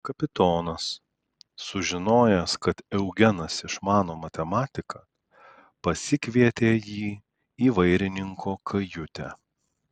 kapitonas sužinojęs kad eugenas išmano matematiką pasikvietė jį į vairininko kajutę